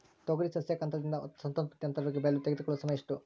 ತೊಗರಿ ಸಸ್ಯಕ ಹಂತದಿಂದ ಸಂತಾನೋತ್ಪತ್ತಿ ಹಂತದವರೆಗೆ ಬೆಳೆಯಲು ತೆಗೆದುಕೊಳ್ಳುವ ಸಮಯ ಎಷ್ಟು?